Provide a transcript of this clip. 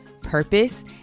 purpose